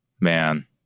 man